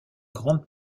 grande